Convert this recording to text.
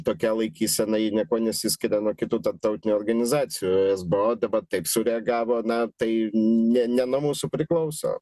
tokia laikysena ji niekuo nesiskiria nuo kitų tarptautinių organizacijų esbo dabar taip sureagavo na tai ne ne nuo mūsų priklauso